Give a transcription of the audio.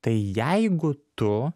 tai jeigu tu